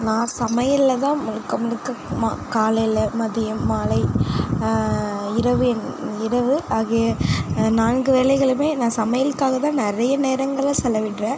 நான் சமையல்லதான் முழுக்க முழுக்க மா காலைல மதியம் மாலை இரவு இரவு ஆகிய நான்கு வேளைகளுமே நான் சமையலுக்காகதான் நிறைய நேரங்களை செலவிடுறேன்